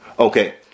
Okay